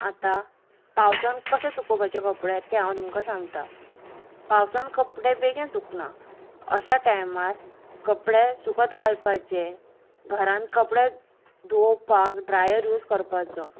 आतां पावसान कशें सुकोवपाचें कपडे तें हांव तुमकां सांगता पावसान कपडे बेगीन सुकना अश्या टायमार कपडे सुकत घालपाचे घरान कपडे धुवपाक ड्रायर यूज करपाचो